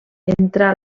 entrà